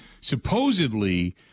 supposedly